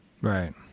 Right